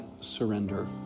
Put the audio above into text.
Surrender